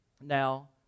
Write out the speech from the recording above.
now